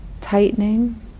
tightening